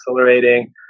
accelerating